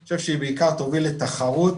אני חושב שהיא בעיקר תוביל לתחרות